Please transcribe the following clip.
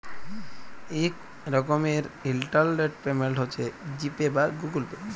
ইক রকমের internet payment হছে জি পে বা গুগল পে